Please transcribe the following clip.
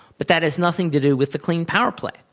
but that has nothing to do with the clean power plan.